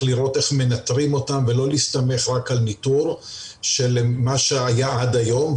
לראות איך מנטרים אותם ולא להסתמך רק על ניטור של מה שהיה עד היום.